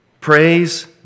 Praise